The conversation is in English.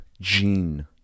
gene